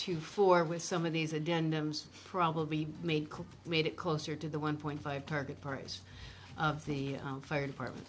two four with some of these a denims probably made made it closer to the one point five target price of the fire department